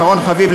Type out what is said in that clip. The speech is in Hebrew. אחרון חביב,